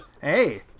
Hey